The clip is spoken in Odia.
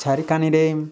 ଚାରିିକୋଣରେ